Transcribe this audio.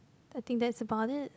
I think that's about it